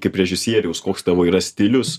kaip režisieriaus koks tavo yra stilius